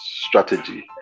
strategy